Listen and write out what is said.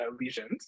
lesions